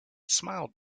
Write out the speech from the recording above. smiled